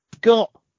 got